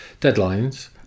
deadlines